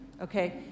Okay